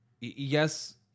Yes